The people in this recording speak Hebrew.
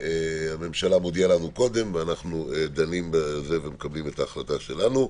הממשלה מודיעה לנו קודם ואנחנו דנים בזה ומקבלים את ההחלטה שלנו.